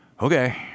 okay